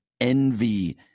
envy